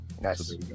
Nice